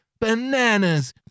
Bananas